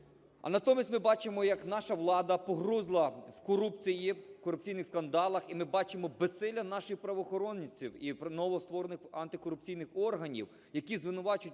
А натомість ми бачимо як наша влада погрузла в корупції, в корупційних скандалах, і ми бачимо безсилля наших правоохоронців і новостворених антикорупційних органів, які звинувачують